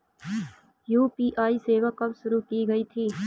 UPI सेवा कब शुरू की गई थी?